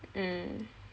mm